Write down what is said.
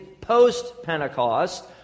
post-Pentecost